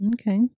Okay